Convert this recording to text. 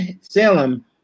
Salem